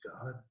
God